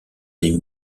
des